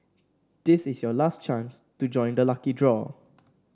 this is your last chance to join the lucky draw